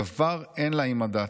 דבר אין לה עם הדת',